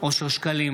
אושר שקלים,